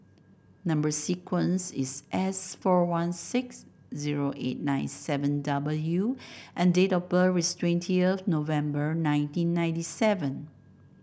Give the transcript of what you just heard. number sequence is S four one six zero eight nine seven W and date of birth is twentieth November nineteen ninety seven